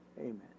Amen